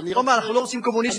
הוא אמר: אנחנו לא רוצים קומוניסטים.